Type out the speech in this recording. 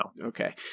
Okay